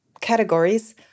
categories